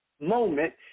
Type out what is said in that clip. moment